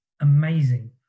amazing